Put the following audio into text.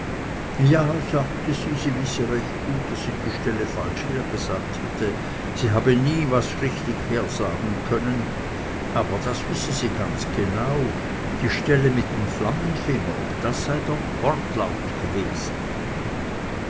ja sagte sie sie wisse recht gut daß sie die stelle falsch hergesagt hätte sie habe nie was richtig hersagen können aber das wisse sie ganz genau die stelle mit dem flammenfinger das sei der wortlaut gewesen